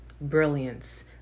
brilliance